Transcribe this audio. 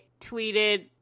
tweeted